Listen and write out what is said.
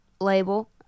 label